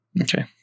Okay